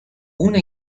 una